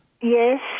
Yes